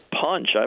punch